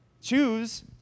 Choose